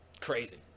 Crazy